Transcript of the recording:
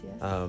yes